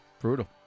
Brutal